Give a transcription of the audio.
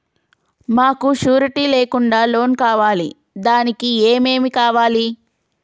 మాకు షూరిటీ లేకుండా లోన్ కావాలి దానికి ఏమేమి కావాలి?